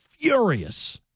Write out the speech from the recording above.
Furious